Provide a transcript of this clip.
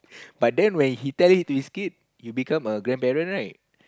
but then when he tell you to his kid you become a grandparent right